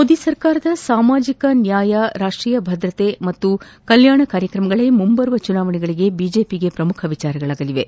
ಮೋದಿ ಸರ್ಕಾರದ ಸಾಮಾಜಿಕ ನ್ಯಾಯ ರಾಷ್ಷೀಯ ಭದ್ರತೆ ಮತ್ತು ಕಲ್ಲಾಣ ಕಾರ್ಯಕ್ರಮಗಳೇ ಮುಂಬರುವ ಚುನಾವಣೆಗಳಿಗೆ ಬಿಜೆಪಿಗೆ ಪ್ರಮುಖ ವಿಷಯಗಳಾಲಿವೆ